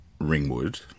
ringwood